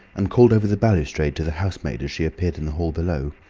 and called over the balustrade to the housemaid as she appeared in the hall below.